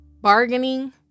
bargaining